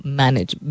manage